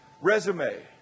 resume